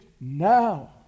now